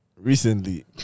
Recently